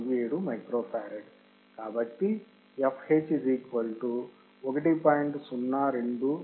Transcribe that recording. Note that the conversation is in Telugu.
కాబట్టి fh 1